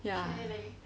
ya